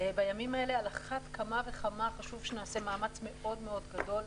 בימים אלה על אחת כמה וכמה חשוב שנעשה מאמץ מאוד מאוד גדול,